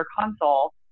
console